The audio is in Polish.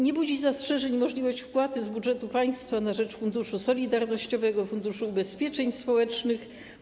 Nie budzi zastrzeżeń możliwość wpłaty z budżetu państwa na rzecz Funduszu Solidarnościowego, Funduszu Ubezpieczeń Społecznych.